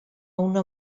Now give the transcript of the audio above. una